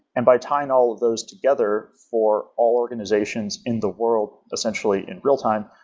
and by tying all of those together for all organizations in the world, essentially in real-time,